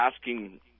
asking